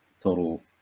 total